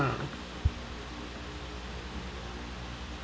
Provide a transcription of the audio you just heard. mm ah